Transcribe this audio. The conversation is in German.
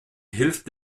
hilft